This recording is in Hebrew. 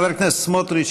חבר הכנסת בצלאל סמוטריץ,